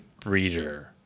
breeder